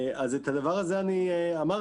אז את הדבר הזה אני אמרתי,